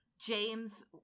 James